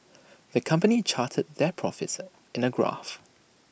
the company charted their profits in A graph